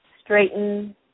straighten